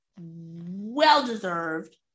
well-deserved